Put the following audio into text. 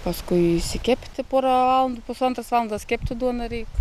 paskui išsikepti porą valandų pusantros valandos kepti duoną reik